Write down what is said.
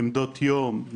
עמדות יום,